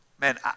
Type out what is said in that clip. Man